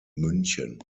münchen